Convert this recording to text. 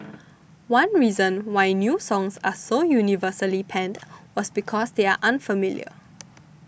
one reason why new songs are so universally panned was because they are unfamiliar